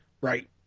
Right